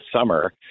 summer